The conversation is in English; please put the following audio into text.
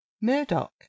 Murdoch